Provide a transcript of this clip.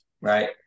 right